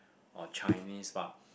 or Chinese but